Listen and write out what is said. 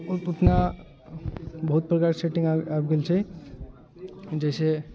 ओतना बहुत प्रकारके सेटिङ्ग आबि गेल छै जैसे